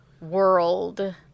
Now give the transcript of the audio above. world